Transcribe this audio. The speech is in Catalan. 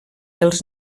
els